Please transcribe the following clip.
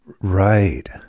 Right